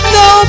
no